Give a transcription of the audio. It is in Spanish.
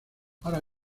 ahora